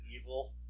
evil